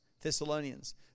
Thessalonians